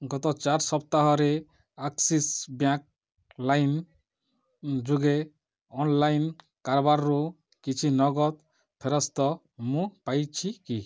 ଗତ ଚାର ସପ୍ତାହରେ ଆକ୍ସିସ୍ ବ୍ୟାଙ୍କ୍ ଲାଇମ୍ ଯୋଗେ ଅନଲାଇନ କାରବାରରୁ କିଛି ନଗଦ ଫେରସ୍ତ ମୁଁ ପାଇଛି କି